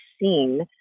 seen